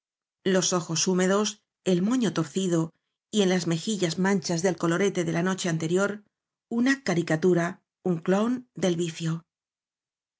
cc ojos húmedos el moño tor cido y en las mejillas man chas clel colorete de la noche anterior una caricatura un clown del vicio